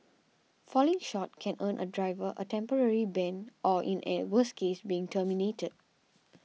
falling short can earn a driver a temporary ban or in a worse case being terminated